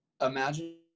imagine